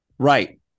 Right